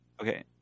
Okay